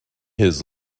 his